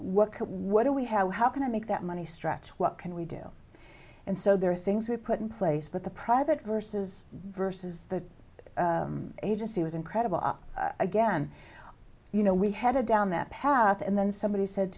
what what do we have how can i make that money stretch what can we do and so there are things we put in place but the private versus versus the agency was incredible again you know we headed down that path and then somebody said